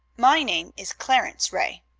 my name is clarence ray.